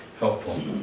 Helpful